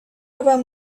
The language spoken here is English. about